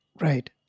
right